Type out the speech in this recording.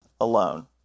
alone